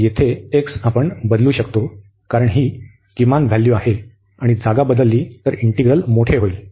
तर येथे x आपण बदलू शकतो कारण ही किमान व्हॅल्यू आहे आणि जागा बदलली तर इंटिग्रल मोठे होईल